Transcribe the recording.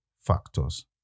factors